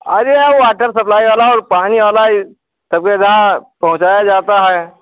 अरे औ water supply वाला और पानी वाला ई सब जगह पहुँचाया जाता है